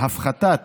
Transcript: הפחתת